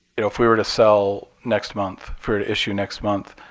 you know if we were to sell next month, for issue next month,